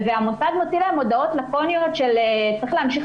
המוסד מוציא להן הודעות לקוניות שאומרות: צריך להמשיך